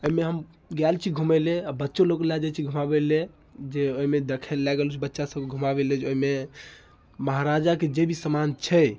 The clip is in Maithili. एहिमे हम गेल छी घुमै ले आओर बच्चो लोकके लै जाइत छी लै जाए ओहिमे देखै लै गेल बच्चा सबके घुमाबै लै ओहिमे महाराजाके जे भी समान छै